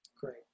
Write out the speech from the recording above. Great